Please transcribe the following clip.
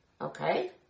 Okay